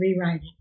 rewriting